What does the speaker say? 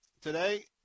today